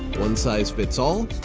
one size fits all,